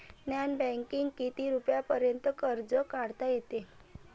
Non बँकिंगनं किती रुपयापर्यंत कर्ज काढता येते?